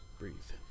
breathe